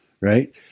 Right